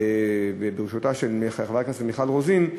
בראשותה של חברת הכנסת מיכל רוזין,